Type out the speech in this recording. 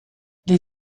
les